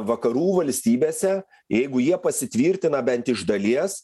vakarų valstybėse jeigu jie pasitvirtina bent iš dalies